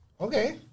Okay